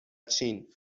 چین